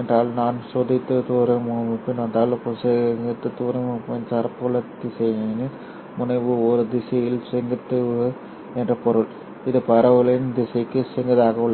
என்றால் நான் செங்குத்து துருவமுனைப்புடன் வந்தால் செங்குத்து துருவமுனைப்பு மின்சார புல திசையனின் முனை ஒரு திசையில் செங்குத்து என்று பொருள் இது பரவலின் திசைக்கு செங்குத்தாக உள்ளது